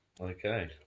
Okay